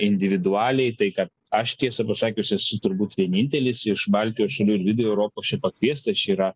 individualiai tai kad aš tiesą pasakius esu turbūt vienintelis iš baltijos šalių ir vidurio europos čia pakviestas čia yra